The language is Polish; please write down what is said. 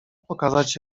pokazać